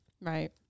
Right